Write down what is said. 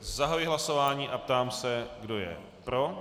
Zahajuji hlasování a ptám se, kdo je pro.